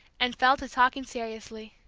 and fell to talking seriously.